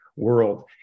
world